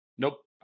Nope